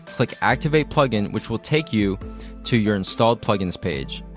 click activate plugin, which will take you to your installed plugins page.